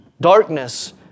Darkness